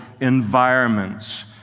environments